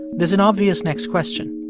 there's an obvious next question.